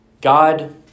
God